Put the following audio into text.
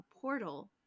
portal